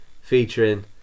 featuring